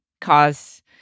cause